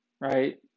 right